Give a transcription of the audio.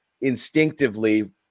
instinctively